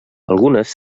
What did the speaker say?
algunes